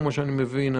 כמו שאני מבין,